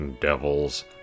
devils